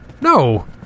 No